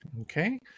Okay